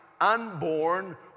unborn